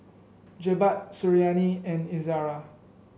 Jebat Suriani and Izzara